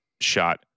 shot